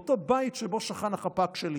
לאותו בית שבו שכן החפ"ק שלי.